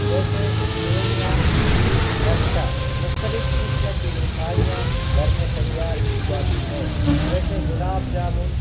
جیسے سیوئیاں کھیر لچھا مختلف قسم کی مٹھائیاں گھر میں تیار کی جاتی ہیں جیسے گلاب جامن